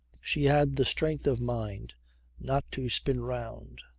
she had the strength of mind not to spin round.